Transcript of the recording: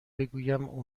بگویم